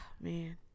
Man